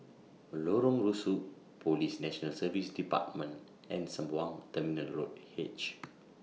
Lorong Rusuk Police National Service department and Sembawang Terminal Road H